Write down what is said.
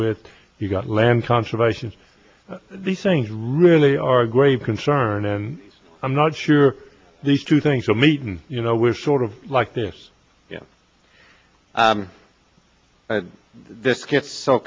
with you've got land conservation these things really are a grave concern and i'm not sure these two things will meet and you know we're sort of like this this gets so